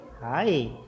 Hi